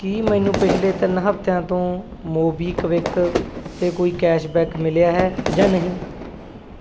ਕੀ ਮੈਨੂੰ ਪਿਛਲੇ ਤਿੰਨ ਹਫਤਿਆਂ ਤੋਂ ਮੋਬੀਕਵਿਕ 'ਤੇ ਕੋਈ ਕੈਸ਼ਬੈਕ ਮਿਲਿਆ ਹੈ ਜਾਂ ਨਹੀਂ